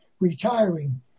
retiring